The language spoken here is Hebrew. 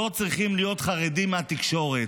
לא צריכים להיות חרדים מהתקשורת,